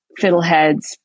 fiddleheads